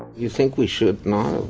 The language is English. you think we should not